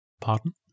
Pardon